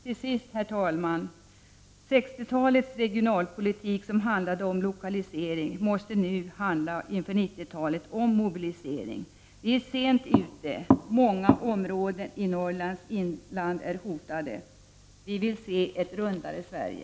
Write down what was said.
Till sist, herr talman, 60-talets regionalpolitik som handlade om lokalisering måste nu inför 90-talet handla om mobilisering. Vi är sent ute. Många områden i Norrlands inland är hotade. Vi vill se ett rundare Sverige.